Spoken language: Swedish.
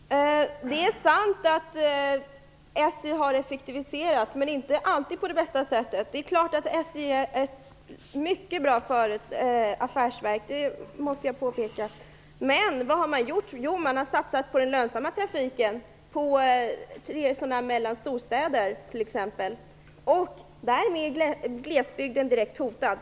Herr talman! Mats Odell säger att sakskälen talar för en avreglering. Det är sant att SJ har effektiviserats, men det är inte alltid på det bästa sättet. Det är klart att SJ är ett mycket bra affärsverk. Men vad har gjorts? Jo, det har satsats på den lönsamma trafiken mellan t.ex. storstäder. Därmed är glesbygden direkt hotad.